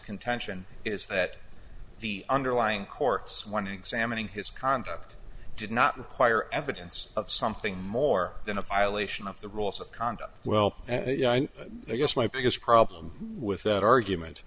contention is that the underlying court's when examining his conduct did not require evidence of something more than a violation of the rules of conduct well i guess my biggest problem with that argument